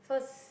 first